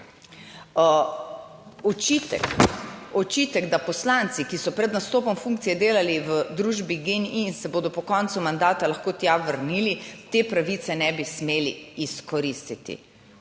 očitek, da poslanci, ki so pred nastopom funkcije delali v družbi GEN-I in se bodo po koncu mandata lahko tja vrnili, te pravice ne bi smeli izkoristiti.